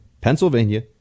Pennsylvania